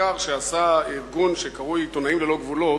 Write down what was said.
במחקר שעשה ארגון שקרוי "עיתונאים ללא גבולות",